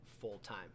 full-time